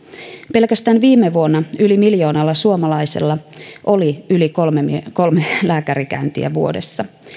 pelkästään viime vuonna yli miljoonalla suomalaisella oli yli kolme kolme lääkärikäyntiä vuodessa